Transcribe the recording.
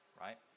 right